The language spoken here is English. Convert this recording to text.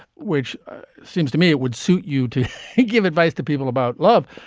which seems to me it would suit you to give advice to people about love.